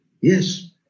Yes